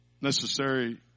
necessary